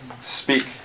Speak